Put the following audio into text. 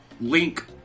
link